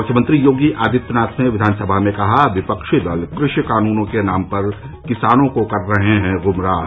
मुख्यमंत्री योगी आदित्यनाथ ने विधानसभा में कहा विपक्षी दल कृषि कानूनों के नाम पर किसानों को कर रहे हैं गुमराह